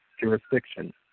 jurisdiction